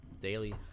daily